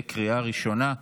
לקריאה ראשונה.